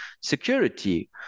security